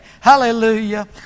Hallelujah